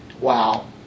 Wow